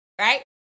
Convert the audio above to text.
right